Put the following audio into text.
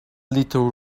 little